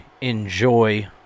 enjoy